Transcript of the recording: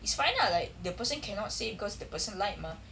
it's fine lah like the person cannot say because the person lied mah